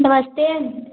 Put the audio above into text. नमस्ते